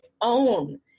own